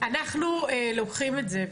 אנחנו לוקחים את זה,